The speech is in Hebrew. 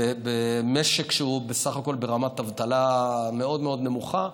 במשק שהוא בסך הכול ברמת אבטלה מאוד מאוד נמוכה,